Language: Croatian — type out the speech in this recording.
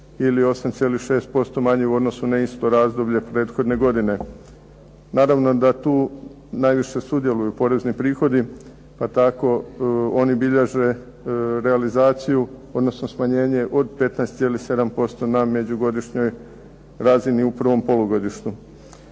ili 8,6% u odnosu na isto razdoblje prethodne godine. Naravno da tu najviše sudjeluju porezni prihodi, pa tako oni bilježe realizaciju odnosno smanjenje od 15,7% na međugodišnjoj razini u prvom polugodištu.